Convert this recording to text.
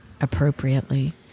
appropriately